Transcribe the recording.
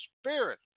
spirit